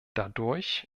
dadurch